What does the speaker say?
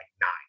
nine